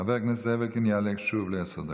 חבר הכנסת זאב אלקין יעלה שוב לעשר דקות.